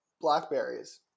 Blackberries